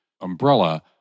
umbrella